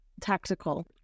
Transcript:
tactical